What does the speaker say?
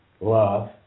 love